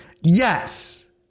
Yes